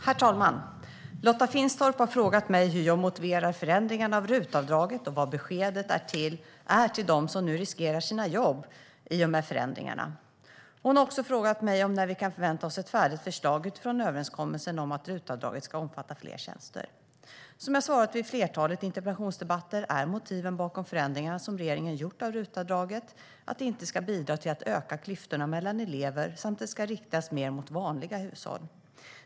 Herr talman! Lotta Finstorp har frågat mig hur jag motiverar förändringarna av RUT-avdraget och vad beskedet är till dem som nu riskerar sina jobb i och med förändringarna. Hon har också frågat mig när vi kan förvänta oss ett färdigt förslag utifrån överenskommelsen om att RUT-avdraget ska omfatta fler tjänster. Som jag svarat i flertalet interpellationsdebatter är motiven bakom förändringarna som regeringen gjort av RUT-avdraget att det inte ska bidra till att öka klyftorna mellan elever samt att det ska riktas mer mot vanliga hushåll.